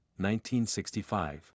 1965